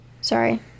sorry